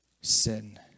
sin